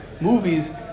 movies